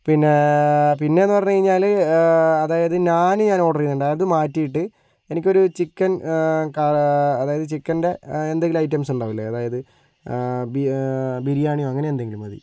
പിന്നേ പിന്നെയെന്ന് പറഞ്ഞ് കഴിഞ്ഞാൽ അതായത് നാന് ഞാൻ ഓർഡർ ചെയ്തിട്ടുണ്ട് അത് മാറ്റിയിട്ട് എനിക്കൊരു ചിക്കൻ അതായത് ചിക്കൻ്റെ എന്തെങ്കിലും ഐറ്റംസ് ഉണ്ടാവില്ലേ അതായത് ബിരിയാണിയോ അങ്ങനെ എന്തെങ്കിലും മതി